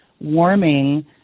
warming